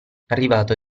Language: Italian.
arrivato